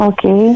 Okay